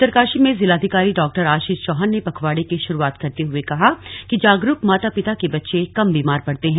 उत्तरकाशी में जिलाधिकारी डॉ आशीष चौहान ने पखवाड़े की शुरुआत करते हुए कहा कि जागरूक माता पिता के बच्चे कम बीमार पड़ते हैं